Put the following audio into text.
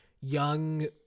young